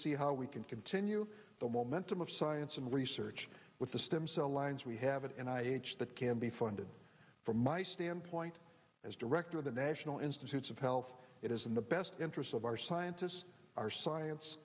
see how we can continue the momentum of science and research with the stem cell lines we have and i that can be funded from my standpoint as director of the national institutes of health it is in the best interest of our scientists our science